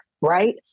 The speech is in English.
right